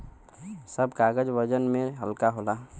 सब कागज वजन में हल्का होला